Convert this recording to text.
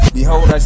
Behold